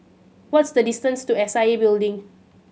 what's the distance to S I A Building